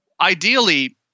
Ideally